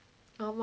ஆமா:aamaa